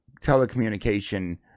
telecommunication